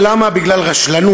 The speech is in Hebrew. מילטון פרידמן,